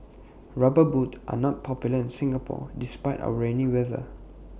rubber boots are not popular in Singapore despite our rainy weather